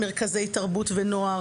מרכזי תרבות ונוער.